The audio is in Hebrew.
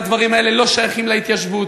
הדברים האלה לא שייכים להתיישבות,